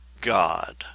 God